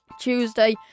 tuesday